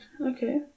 Okay